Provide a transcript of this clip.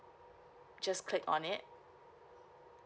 just click on it